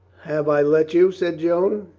have i let you? said joan,